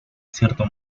cierto